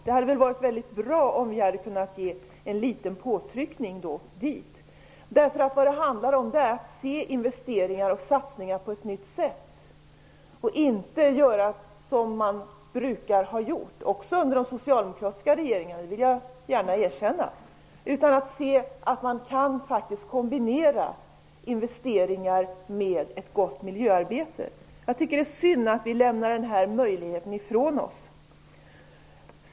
Det hade varit mycket bra om vi hade kunnat ge en liten påtryckning dit. Vad det handlar om är att se investeringar och satsningar på ett nytt sätt och att inte göra som man har brukat göra, även under de socialdemokratiska regeringarna, det vill jag gärna erkänna. Man kan faktiskt kombinera investeringar med ett gott miljöarbete. Jag tycker att det är synd att vi lämnar den här möjligheten ifrån oss.